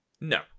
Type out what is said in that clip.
No